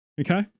Okay